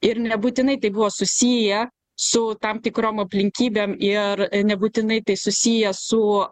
ir nebūtinai tai buvo susiję su tam tikrom aplinkybėm ir nebūtinai tai susiję su